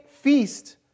feast